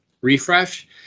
refresh